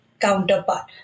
counterpart